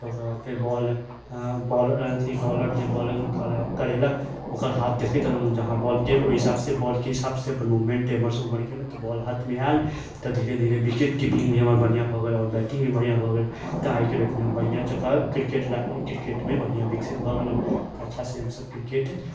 तऽ ओकर बाद फेर बॉल अथी बॉलर जे बाल्लिंग करेलक ओकरा हाथ देखैथ रहलहुॅं जहाँ बॉल गेल ओहि हिसाब से बॉलके हिसाब से अपन मूवमेंट एमहर से ओमहर केलहुॅं तऽ बॉल हाथे मे आयल तऽ धीरे धीरे विकेट कीपिंग हमर बढ़िऑं भऽ गेल आओर बैटिंग भी बढ़िऑं भऽ गेल तऽ आइ के डेटमे हम बढ़िऑं जे कहब क्रिकेट लाइनमे क्रिकेटमे बढ़िऑं विकसित भऽ गेलहुॅं तऽ अच्छा से हमसब क्रिकेट